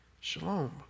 Shalom